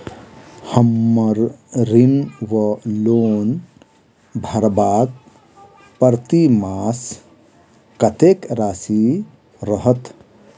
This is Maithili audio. हम्मर ऋण वा लोन भरबाक प्रतिमास कत्तेक राशि रहत?